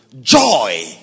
Joy